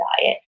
diet